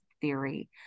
theory